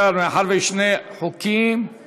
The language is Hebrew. מאחר שיש שני חוקים,